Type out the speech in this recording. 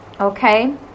Okay